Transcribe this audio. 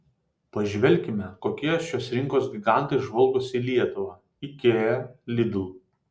pažvelkime kokie šios rinkos gigantai žvalgosi į lietuvą ikea lidl